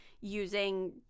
using